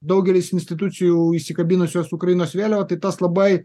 daugelis institucijų įsikabinusios ukrainos vėliavą tai tas labai